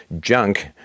junk